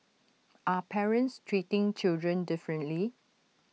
are parents treating children differently